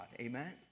Amen